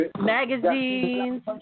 magazines